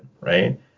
right